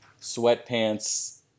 sweatpants